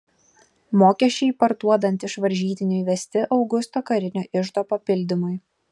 mokesčiai parduodant iš varžytinių įvesti augusto karinio iždo papildymui